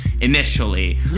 initially